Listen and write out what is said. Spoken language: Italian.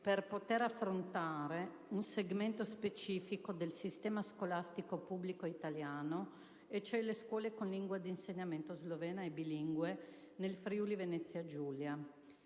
per poter affrontare un segmento specifico del sistema scolastico pubblico italiano: le scuole con lingua d'insegnamento slovena e bilingue nel Friuli-Venezia Giulia.